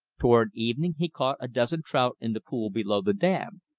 toward evening he caught a dozen trout in the pool below the dam.